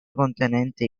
contenente